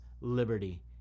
liberty